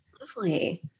Lovely